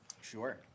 Sure